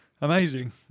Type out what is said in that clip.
Amazing